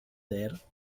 aires